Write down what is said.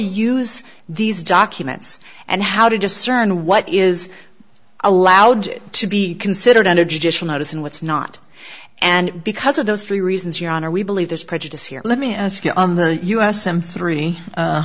use these documents and how to just crn what is allowed to be considered under judicial notice and what's not and because of those three reasons your honor we believe there's prejudice here let me ask you on the u s some three